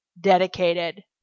dedicated